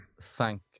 thank